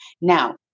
Now